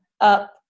up